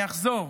אני אחזור.